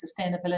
sustainability